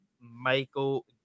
michael